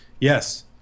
Yes